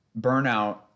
burnout